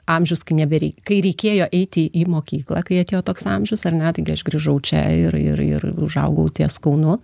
amžius kai nebereik kai reikėjo eiti į mokyklą kai atėjo toks amžius ar ne taigi aš grįžau čia ir ir užaugau ties kaunu